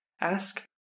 ask